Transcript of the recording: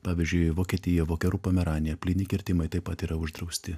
pavyzdžiui vokietija vakarų pomeranija plyni kirtimai taip pat yra uždrausti